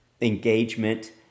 engagement